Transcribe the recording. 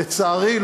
לצערי,